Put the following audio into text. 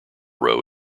row